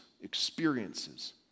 experiences